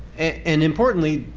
and importantly,